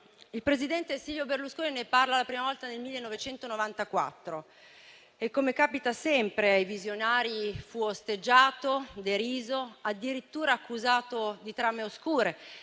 Il presidente Silvio Berlusconi ne parlò la prima volta nel 1994 e - come capita sempre ai visionari - fu osteggiato, deriso e addirittura accusato di trame oscure.